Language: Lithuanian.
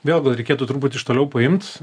vėl gal reikėtų turbūt iš toliau paimt